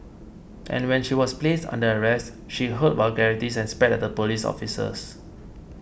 and when she was placed under arrest she hurled vulgarities and spat at the police officers